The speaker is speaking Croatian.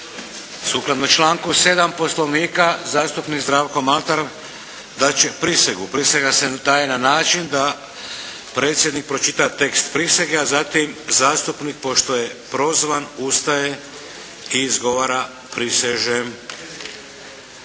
Sukladno članku 7. Poslovnika zastupnik Zdravko Maltar dat će prisegu. Prisega se daje na način da predsjednik pročita tekst prisege, a zatim zastupnik pošto je prozvan ustaje i izgovara prisežem.